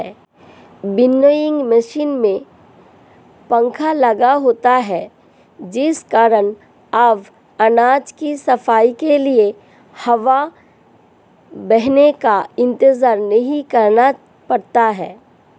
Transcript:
winnowing machine में पंखा लगा होता है जिस कारण अब अनाज की सफाई के लिए हवा बहने का इंतजार नहीं करना पड़ता है